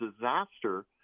disaster